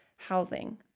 housing